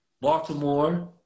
Baltimore